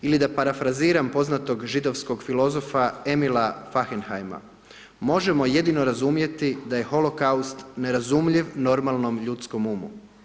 Ili da parafraziram poznatog židovskog filozofa Emila Fachenheim, možemo jedino razumjeti da je holokaust nerazumljiv normalnom ljudskom umu.